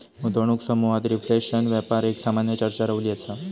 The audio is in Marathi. गुंतवणूक समुहात रिफ्लेशन व्यापार एक सामान्य चर्चा रवली असा